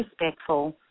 respectful